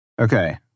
Okay